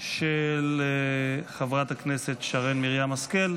של חברת הכנסת שרן מרים השכל,